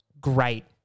great